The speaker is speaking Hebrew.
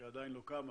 שעדיין לא קמה